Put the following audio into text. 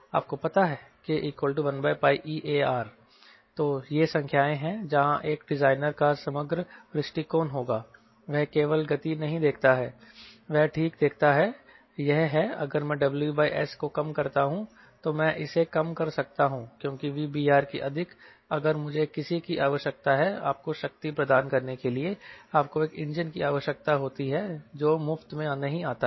आपको पता है कि K1πeAR तो ये संख्याएँ हैं जहाँ एक डिजाइनर का समग्र दृष्टिकोण होगा वह केवल गति नहीं देखता है वह ठीक देखता है यह है अगर मैं WS को कम करता हूं तो मैं इसे कम कर सकता हूं क्योंकि VBR की अधिक अगर मुझे किसी की आवश्यकता है आपको शक्ति प्रदान करने के लिए आपको एक इंजन की आवश्यकता होती है जो मुफ्त में नहीं आता है